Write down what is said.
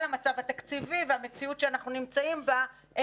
המצב התקציבי והמציאות שאנחנו נמצאים בה,